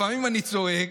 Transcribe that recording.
לפעמים אני צועק,